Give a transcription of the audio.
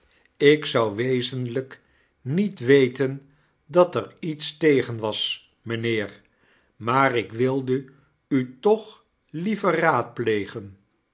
jk zou wezenlijk niet weten dat er iets tegen was mynheer maar ik wilde u toch liever raadplegen